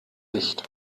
nicht